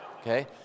Okay